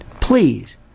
Please